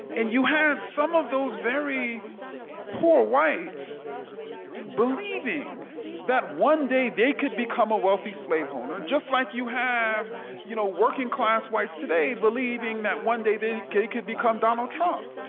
and you had some of those very poor whites believing that one day they could become a wealthy slave owner just like you have you know working class whites today believing that one day they could become donald trump.